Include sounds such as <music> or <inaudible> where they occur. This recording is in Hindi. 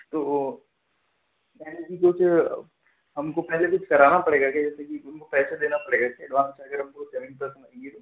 तो यानि कि कुछ हमको पहले कुछ कराना पड़ेगा क्या जैसे कि हमको पैसे देना पड़ेगा क्या एडवांस वगैरह हमको पेमेंट <unintelligible>